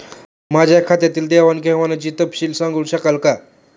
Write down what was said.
माझ्या खात्यातील देवाणघेवाणीचा तपशील सांगू शकाल काय?